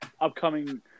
upcoming